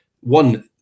one